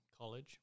college